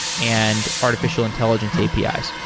and artificial intelligence apis.